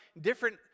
different